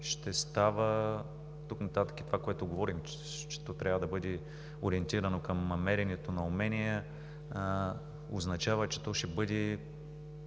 ще става оттук нататък – това, което говорим, че то трябва да бъде ориентирано към меренето на умения, означава, че то ще бъде